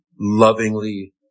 lovingly